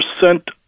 percent